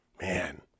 man